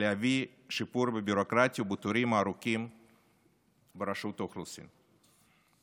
ולהביא לשיפור בביורוקרטיה ובתורים הארוכים ברשות האוכלוסין.